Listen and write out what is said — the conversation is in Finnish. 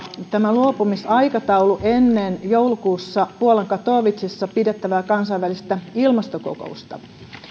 luopumisaikataulu ennen joulukuussa puolan katowicessa pidettävää kansainvälistä ilmastokokousta